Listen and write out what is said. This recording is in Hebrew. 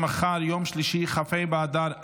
לטרור),